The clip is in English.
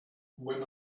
when